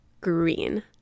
green